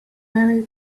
merry